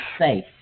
safe